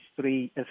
three